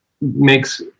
makes